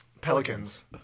Pelicans